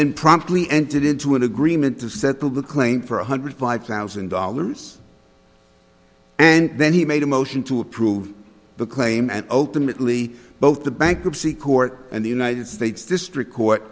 then promptly entered into an agreement to settle the claim for one hundred five thousand dollars and then he made a motion to approve the claim and ultimately both the bankruptcy court and the united states district court